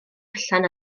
allan